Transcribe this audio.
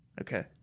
okay